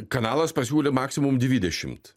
kanalas pasiūlė maksimum dvidešimt